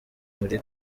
muri